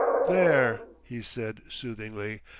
there! he said soothingly,